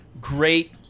great